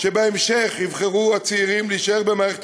שבהמשך יבחרו הצעירים להישאר במערכת